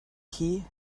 key